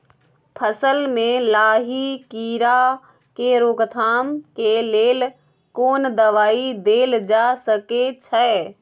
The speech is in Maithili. फसल में लाही कीरा के रोकथाम के लेल कोन दवाई देल जा सके छै?